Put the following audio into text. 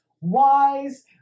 wise